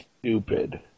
stupid